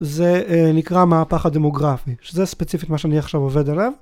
זה נקרא מהפך הדמוגרפי, שזה ספציפית מה שאני עכשיו עובד עליו.